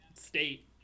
state